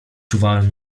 czuwałem